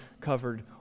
covered